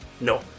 no